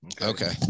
Okay